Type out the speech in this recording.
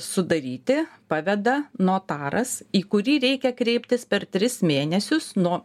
sudaryti paveda notaras į kurį reikia kreiptis per tris mėnesius nuo